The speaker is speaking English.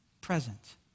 Present